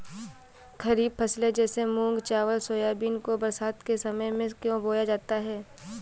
खरीफ फसले जैसे मूंग चावल सोयाबीन को बरसात के समय में क्यो बोया जाता है?